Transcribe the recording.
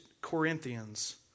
Corinthians